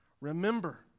Remember